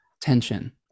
tension